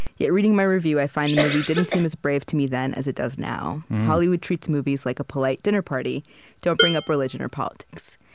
yet reading my review i find the movie didn't seem as brave to me then as it does now, hollywood treats movies like a polite dinner party don't bring up religion or politics.